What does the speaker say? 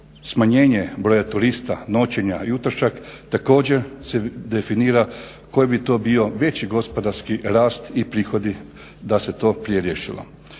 smanjenje broja turista, noćenja i utrošak također se definira koji bi to bio veći gospodarski rast i prihodi da se to prije riješilo.